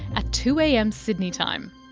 at two am sydney time.